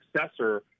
successor